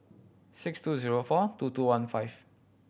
six two zero four two two one five